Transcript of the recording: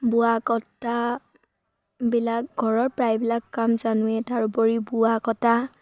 বোৱা কটাবিলাক ঘৰৰ প্ৰায়বিলাক কাম জানোৱেই তাৰোপৰি বোৱা কটা